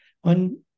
one